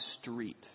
street